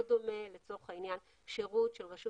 לא דומה לצורך העניין שירות של רשות